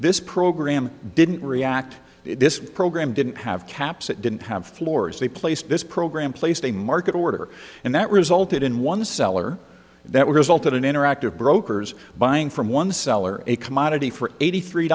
this program didn't react this program didn't have caps it didn't have floors they placed this program placed a market order and that resulted in one seller that would result in an interactive brokers buying from one seller a commodity for eighty three